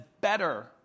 better